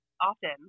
often